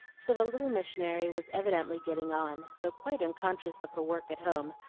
so the little missionary was evidently getting on, though quite unconscious of her work at home,